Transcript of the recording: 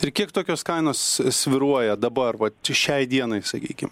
ir kiek tokios kainos svyruoja dabar vat šiai dienai sakykim